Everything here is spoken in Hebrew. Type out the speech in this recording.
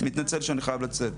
מתנצל שאני חייב לצאת.